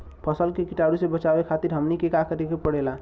फसल के कीटाणु से बचावे खातिर हमनी के का करे के पड़ेला?